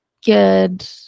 good